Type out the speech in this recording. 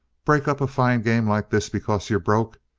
break up a fine game like this because you're broke?